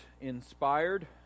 inspired